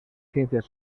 ciencias